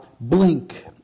blink